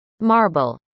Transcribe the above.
Marble